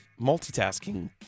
multitasking